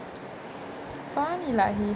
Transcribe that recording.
funny lah he